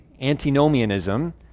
antinomianism